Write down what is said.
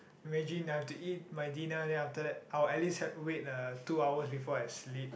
imagine I have to eat my dinner then after that I will at least wait uh two hours before I sleep